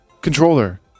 controller